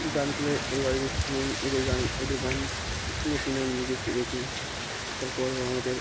গানগুলো এ অরিজিৎ সিং এদের গান এদের গান শুনে শুনে আমি নিজেই শিখেছি তারপরও আমাদের